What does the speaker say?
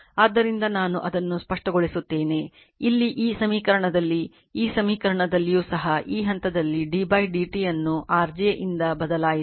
ಆದ್ದರಿಂದ ನಾನು ಅದನ್ನು ಸ್ಪಷ್ಟಗೊಳಿಸುತ್ತೇನೆ ಇಲ್ಲಿ ಈ ಸಮೀಕರಣದಲ್ಲಿ ಈ ಸಮೀಕರಣದಲ್ಲಿಯೂ ಸಹ ಈ ಹಂತದಲ್ಲಿ d dt ಅನ್ನು r j ನಿಂದ ಬದಲಾಯಿಸಿ